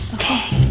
okay.